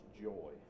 joy